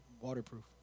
waterproof